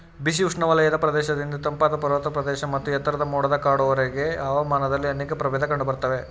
ಬಿಸಿ ಉಷ್ಣವಲಯದ ಪ್ರದೇಶದಿಂದ ತಂಪಾದ ಪರ್ವತ ಪ್ರದೇಶ ಮತ್ತು ಎತ್ತರದ ಮೋಡದ ಕಾಡುವರೆಗೆ ಹವಾಮಾನದಲ್ಲಿ ಅನೇಕ ಪ್ರಭೇದ ಕಂಡುಬರ್ತವೆ